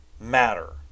matter